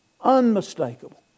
Unmistakable